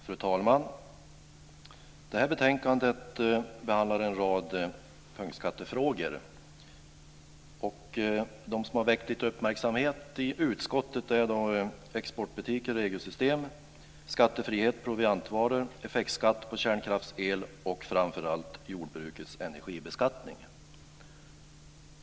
Fru talman! Det här betänkandet behandlar en rad punktskattefrågor. De som har väckt lite uppmärksamhet i utskottet är regelsystemet för exportbutiker, skattefrihet för proviantvaror, effektskatt på kärnkraftsel och framför allt jordbrukets energibeskattning.